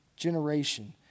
generation